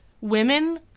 women